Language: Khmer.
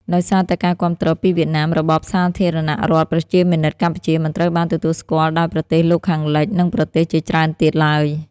ដោយសារតែការគាំទ្រពីវៀតណាម របបសាធារណរដ្ឋប្រជាមានិតកម្ពុជាមិនត្រូវបានទទួលស្គាល់ដោយប្រទេសលោកខាងលិច និងប្រទេសជាច្រើនទៀតឡើយ។